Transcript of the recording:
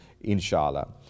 inshallah